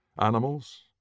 Animals